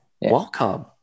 welcome